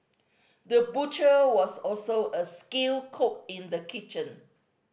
the butcher was also a skilled cook in the kitchen